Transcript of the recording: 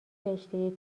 رشته